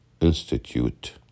Institute